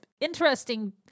interesting